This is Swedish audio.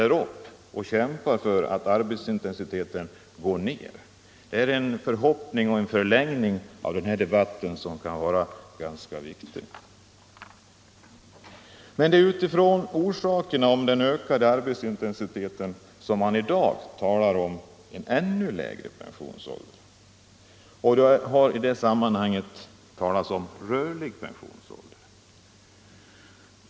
Jag hoppas naturligtvis att centern inte gör halt här utan ställer upp och kämpar för att arbetsintensiteten minskas. Med utgångspunkt i orsakerna till den ökade arbetsintensiteten talas det i dag om en ännu lägre pensionsålder, och det har i sammanhanget talats om rörlig pensionsålder.